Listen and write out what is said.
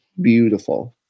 beautiful